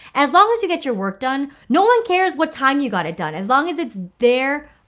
as long as you get your work done, no one cares what time you got it done as long as it's there,